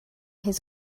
his